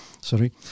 Sorry